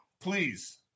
please